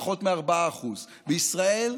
פחות מ-4%; בישראל,